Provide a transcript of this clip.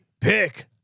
Pick